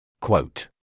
Quote